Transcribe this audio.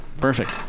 Perfect